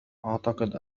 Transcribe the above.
أعتقد